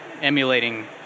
emulating